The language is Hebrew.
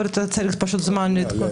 יכול להיות שצריך זמן להתכונן.